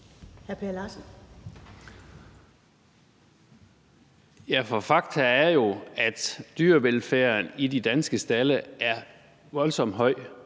(KF): Fakta er jo, at dyrevelfærden i de danske stalde er meget høj.